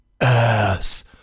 ass